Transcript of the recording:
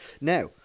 Now